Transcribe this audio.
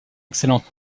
excellente